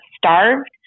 starved